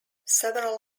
several